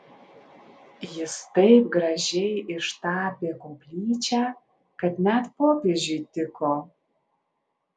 jis taip gražiai ištapė koplyčią kad net popiežiui tiko